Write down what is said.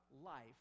life